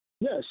Yes